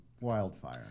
Wildfire